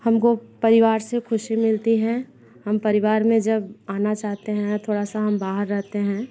हमको परिवार से ख़ुशी मिलती है हम परिवार में जब आना चाहते है थोड़ा सा हम बाहर रहते हैं